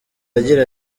agira